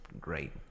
great